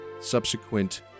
subsequent